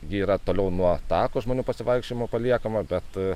ji yra toliau nuo tako žmonių pasivaikščiojimo paliekama bet